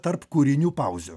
tarp kūrinių pauzių